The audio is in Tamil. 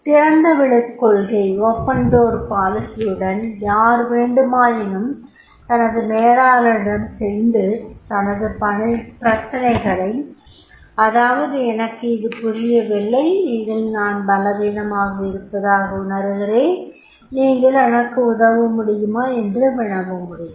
திறந்தவெளிக் கொள்கை யுடன் யார் வேண்டுமாயினும் தனது மேலாளரிடம் சென்று தனது பிரச்சனைகளை அதாவது எனக்கு இது புரியவில்லை இதில் நான் பலவீனமாக இருப்பதாக உணருகிறேன் நீங்கள் எனக்கு உதவமுடியுமா என்று வினவ முடியும்